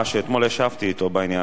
שאתמול ישבתי אתו בעניין הזה,